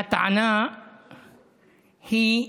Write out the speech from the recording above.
והטענה היא,